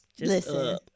listen